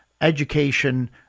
education